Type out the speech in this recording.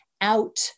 out